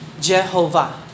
Jehovah